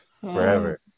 Forever